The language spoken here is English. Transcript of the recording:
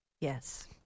Yes